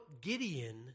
Gideon